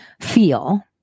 feel